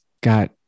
got